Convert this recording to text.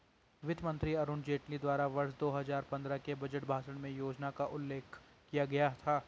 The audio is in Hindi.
वित्त मंत्री अरुण जेटली द्वारा वर्ष दो हजार पन्द्रह के बजट भाषण में योजना का उल्लेख किया गया था